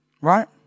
right